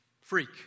freak